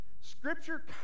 Scripture